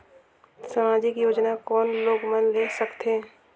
समाजिक योजना कोन लोग मन ले सकथे?